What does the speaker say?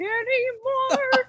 anymore